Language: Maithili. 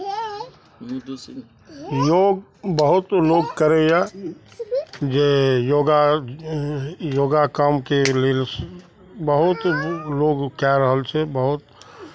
योग बहुत लोक करैए जे योगा योगा कामके लेल बहुत लोक कए रहल छै बहुत